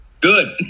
Good